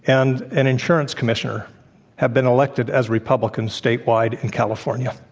and an insurance commissioner have been elected as republicans statewide in california.